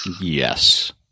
Yes